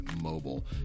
mobile